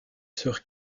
sur